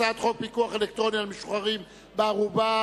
הצעת חוק פיקוח אלקטרוני על משוחררים בערובה